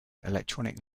electronic